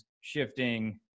shifting